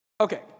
Okay